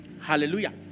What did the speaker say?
hallelujah